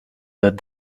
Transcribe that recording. that